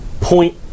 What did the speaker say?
point